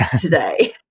today